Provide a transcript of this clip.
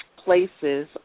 places